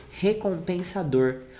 recompensador